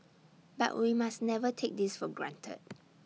but we must never take this for granted